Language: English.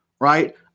right